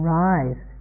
rise